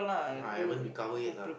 I haven't recover yet lah